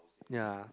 ya